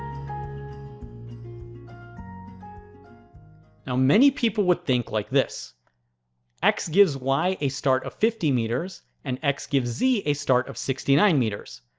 you know many people would think like this x gives y a start of fifty meters and x gives z a start of sixty nine meters.